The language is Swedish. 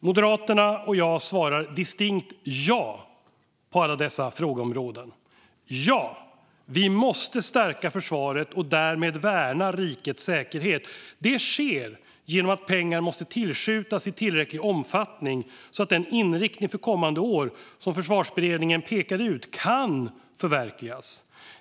Moderaterna och jag svarar distinkt ja på alla dessa tre frågeområden. Ja, vi måste stärka försvaret och därmed värna rikets säkerhet. Det måste ske genom att pengar tillskjuts i tillräcklig omfattning, så att den inriktning för kommande år som Försvarsberedningen pekar ut kan förverkligas.